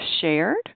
shared